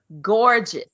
Gorgeous